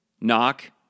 knock